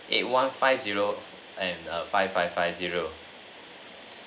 eight one five zero and err five five five zero